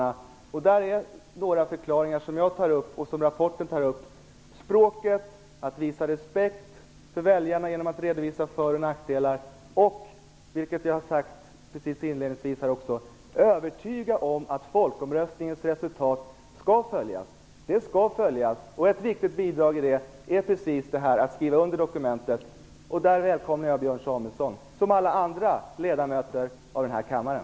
Några inslag som jag nämner och som tas upp i rapporten är språket, att visa respekt för väljarna genom att redovisa för och nackdelar och att övertyga om att folkomröstningens resultat skall följas. Resultatet skall följas. Ett viktigt bidrag är att skriva under dokumentet. Jag välkomnar Björn